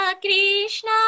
krishna